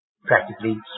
practically